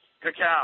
Cacao